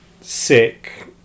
sick